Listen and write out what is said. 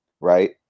right